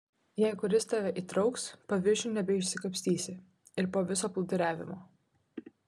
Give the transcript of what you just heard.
jei kuris tave įtrauks paviršiun nebeišsikapstysi ir po viso plūduriavimo